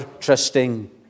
trusting